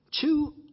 Two